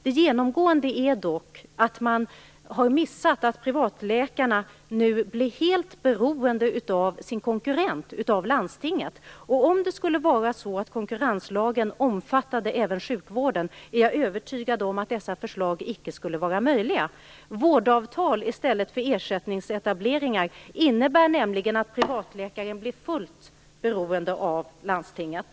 Det genomgående är dock att man har missat att privatläkarna nu blir helt beroende av sin konkurrent landstinget. Om konkurrenslagen omfattade även sjukvården är jag övertygad om att dessa förslag icke skulle vara möjliga att genomföra. Vårdavtal i stället för ersättningsetableringar innebär nämligen att privatläkaren blir fullt beroende av landstinget.